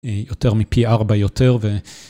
יותר מפי ארבע יותר ו...